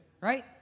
Right